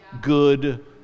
good